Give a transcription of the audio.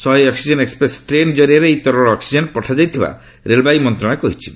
ଶହେ oxygen express train କରିଆରେ ଏହି ତରଳ ଅକ୍ଟିଜେନ୍ ପଠାଯାଇଥିବା ରେଳବାଇ ମନ୍ତ୍ରଶାଳୟ କହିଛି